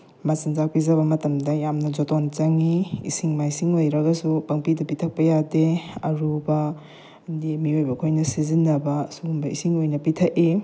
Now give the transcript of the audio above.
ꯃꯆꯤꯟꯖꯥꯛ ꯄꯤꯖꯕ ꯃꯇꯝꯗ ꯌꯥꯝꯅ ꯖꯣꯇꯣꯟ ꯆꯪꯉꯤ ꯏꯁꯤꯡ ꯃꯥꯏꯁꯤꯡ ꯑꯣꯏꯔꯒꯁꯨ ꯄꯪꯄꯤꯗ ꯄꯤꯊꯛꯄ ꯌꯥꯗꯦ ꯑꯔꯨꯕ ꯑꯗꯤ ꯃꯤꯑꯣꯏꯕ ꯑꯩꯈꯣꯏꯅ ꯁꯤꯖꯤꯟꯅꯕ ꯁꯤꯒꯨꯝꯕ ꯏꯁꯤꯡ ꯑꯣꯏꯅ ꯄꯤꯊꯛꯏ